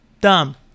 Dumb